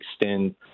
extend